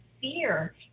fear